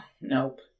nope